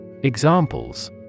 Examples